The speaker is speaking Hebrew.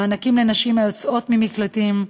מענקים לנשים היוצאות ממקלטים,